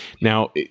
now